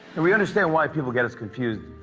and we understand why people get us confused.